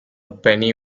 penny